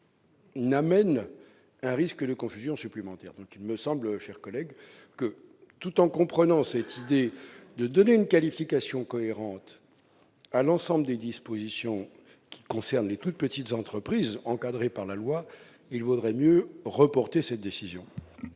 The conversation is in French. N'amène un risque de confusion supplémentaire, donc il me semble, chers collègues, que tout en comprenant cette idée de donner une qualification cohérente à l'ensemble des dispositions qui concernent les toutes petites entreprises, encadrée par la loi, il vaudrait mieux reporter cette décision.